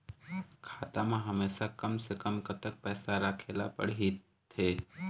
खाता मा हमेशा कम से कम कतक पैसा राखेला पड़ही थे?